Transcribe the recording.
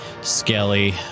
Skelly